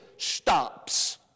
Stops